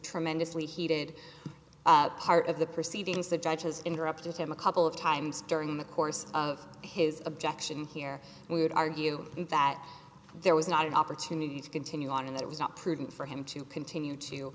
tremendously heated part of the proceedings the judge has interrupted him a couple of times during the course of his objection here we would argue that there was not an opportunity to continue on in that it was not prudent for him to continue to